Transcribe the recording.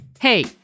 Hey